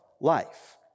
life